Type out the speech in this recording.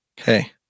Okay